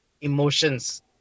emotions